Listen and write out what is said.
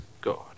God